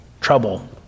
trouble